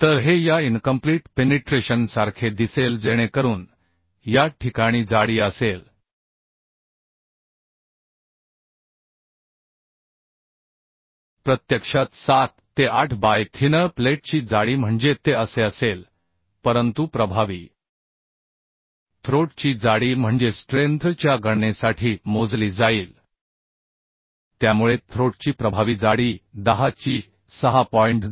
तर हे या इनकम्प्लीट पेनिट्रेशनसारखे दिसेल जेणेकरून या ठिकाणी जाडी असेल प्रत्यक्षात 78 बाय थिनर प्लेटची जाडी म्हणजे ते असे असेल परंतु प्रभावी थ्रोट ची जाडी म्हणजे स्ट्रेंथ च्या गणनेसाठी मोजली जाईल त्यामुळे थ्रोट ची प्रभावी जाडी 10 ची 6